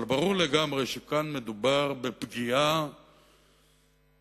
אבל ברור לגמרי שכאן מדובר בפגיעה זדונית,